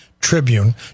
Tribune